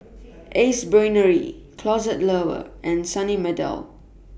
Ace Brainery Closet Lover and Sunny Meadow